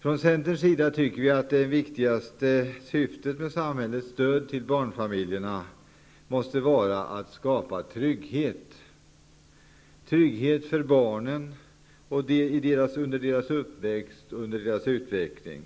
Från Centerns sida tycker vi att det viktigaste syftet med samhällets stöd till barnfamiljerna måste vara att skapa trygghet: trygghet för barnen under deras uppväxt och utveckling,